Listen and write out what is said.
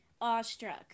awestruck